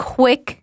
quick